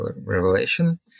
revelation